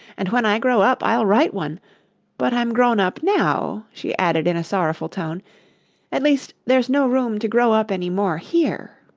and when i grow up, i'll write one but i'm grown up now she added in a sorrowful tone at least there's no room to grow up any more here